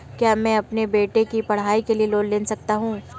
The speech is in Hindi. क्या मैं अपने बेटे की पढ़ाई के लिए लोंन ले सकता हूं?